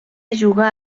jugà